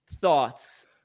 thoughts